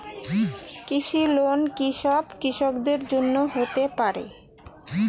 কৃষি লোন কি সব কৃষকদের জন্য হতে পারে?